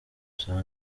nsanga